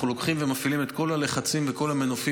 אנחנו לוקחים ומפעילים את כל הלחצים וכל המנופים